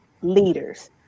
leaders